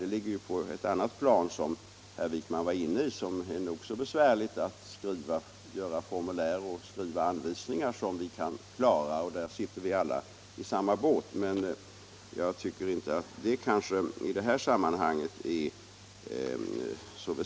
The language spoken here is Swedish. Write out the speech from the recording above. Det ligger på ett annat plan, som herr Wijkman var inne på och som är nog så besvärligt, nämligen att skriva formulär och göra anvisningar som vi kan klara. Där sitter vi alla i samma båt. Jag tycker inte att det är så väsentligt i det här sammanhanget.